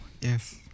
yes